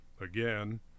again